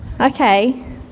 Okay